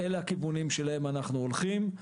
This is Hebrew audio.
אלה הכיוונים שאליהם אנחנו הולכים.